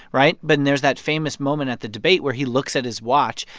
right? but and there's that famous moment at the debate where he looks at his watch.